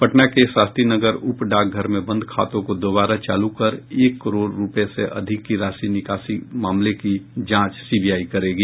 पटना के शास्त्रीनगर उपडाकघर में बंद खातों को दोबारा चालू कर एक करोड़ रूपये से अधिक की राशि निकासी मामले की जांच सीबीआई करेगी